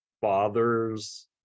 father's